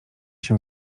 się